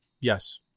Yes